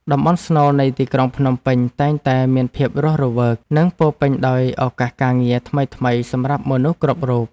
តំបន់ស្នូលនៃទីក្រុងភ្នំពេញតែងតែមានភាពរស់រវើកនិងពោរពេញដោយឱកាសការងារថ្មីៗសម្រាប់មនុស្សគ្រប់រូប។